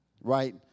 right